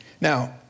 Now